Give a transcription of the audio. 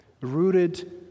rooted